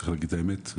צריך להגיד את האמת,